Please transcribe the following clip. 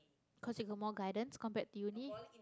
cause you got more guidance compared to Uni